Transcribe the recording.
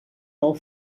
del